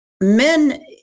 men